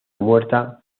muerta